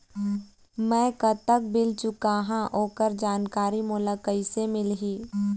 मैं कतक बिल चुकाहां ओकर जानकारी मोला कइसे मिलही?